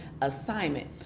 assignment